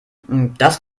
das